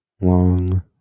Long